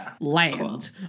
Land